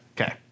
Okay